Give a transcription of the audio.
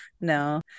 No